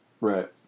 right